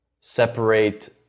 separate